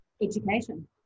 education